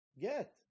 get